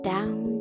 Down